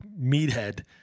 meathead